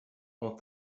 ont